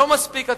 לא מספיק,